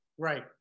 Right